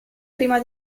prima